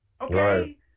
okay